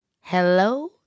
hello